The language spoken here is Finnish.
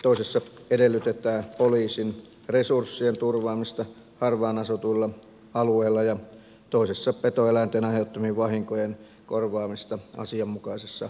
toisessa edellytetään poliisin resurssien turvaamista harvaan asutuilla alueilla ja toisessa petoeläinten aiheuttamien vahinkojen korvaamista asianmukaisessa aikataulussa